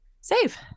save